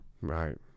Right